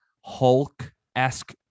Hulk-esque